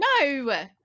No